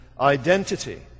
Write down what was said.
identity